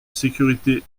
sécurité